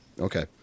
Okay